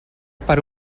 per